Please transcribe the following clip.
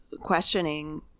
questioning